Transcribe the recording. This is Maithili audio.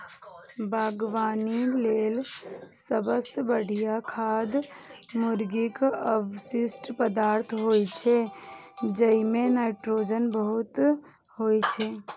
बागवानी लेल सबसं बढ़िया खाद मुर्गीक अवशिष्ट पदार्थ होइ छै, जइमे नाइट्रोजन बहुत होइ छै